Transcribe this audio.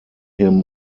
him